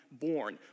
born